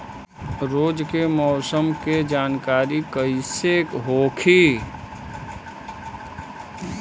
रोज के मौसम के जानकारी कइसे होखि?